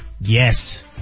Yes